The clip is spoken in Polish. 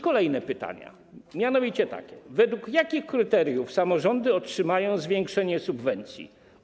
Kolejne pytania, mianowicie takie: Według jakich kryteriów samorządy otrzymają zwiększoną subwencję?